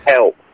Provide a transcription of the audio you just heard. Help